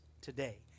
today